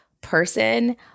person